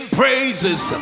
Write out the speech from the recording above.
praises